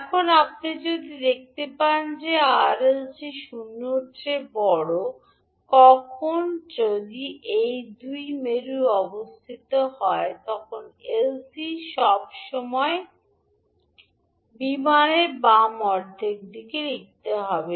এখন আপনি যদি দেখতে পান যে আর এল সি 0 এর চেয়ে বড় কখন যদি এই 2 টি মেরু অবস্থা হয় 𝐿𝐶 সবসময় বিমানের বাম অর্ধেক লিখতে হবে